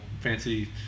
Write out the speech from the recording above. fancy